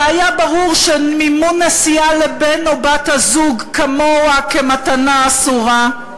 והיה ברור שמימון נסיעה לבן או לבת הזוג כמוהו כמתנה אסורה,